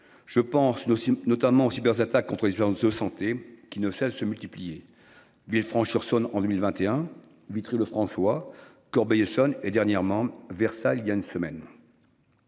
Je pense notamment au cyber attaques contre ce genre de santé qui ne cessent de se multiplier, Villefranche-sur-Saône en 2021. Vitry Le François Corbeil-Essonnes et dernièrement Versailles il y a une semaine.